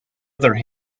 other